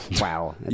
Wow